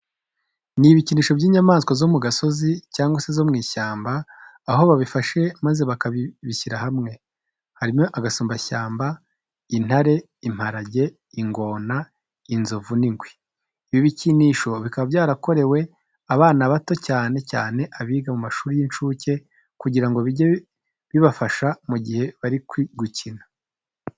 Ni ibikinisho by'inyamaswa zo mu gasozi cyangwa se zo mu ishyamba, aho babifashe maze bakabishyira hamwe. Harimo agasumbashyamba, intare, imparage, ingona, inzovu, n'ingwe. Ibi bikinisho bikaba byarakorewe abana bato cyane cyane abiga mu mashuri y'incuke kugira ngo bijye bibafasha mu gihe bari gukina.